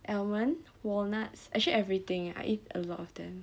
almond walnuts actually everything I eat a lot of them